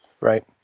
Right